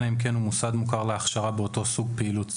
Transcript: אלא אם כן הוא מוסד מוכר להכשרה באותו סוג פעילות ספורט,